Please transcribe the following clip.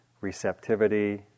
receptivity